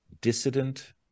dissident